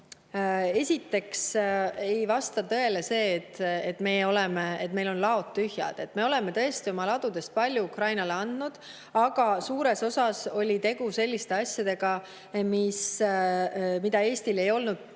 Esiteks ei vasta tõele see, et meil on laod tühjad. Me oleme tõesti oma ladudest palju Ukrainale andnud, aga suures osas oli tegu selliste asjadega, mida Eestil ei olnud kavas